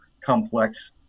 complex